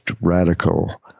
radical